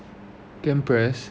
camp press